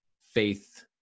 faith